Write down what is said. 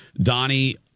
Donnie